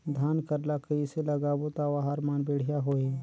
धान कर ला कइसे लगाबो ता ओहार मान बेडिया होही?